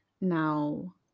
now